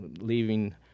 leaving